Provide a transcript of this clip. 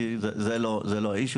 -- כי זה לא העניין,